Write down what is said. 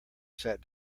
sat